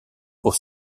pour